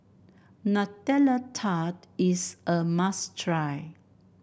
Nutella Tart is a must try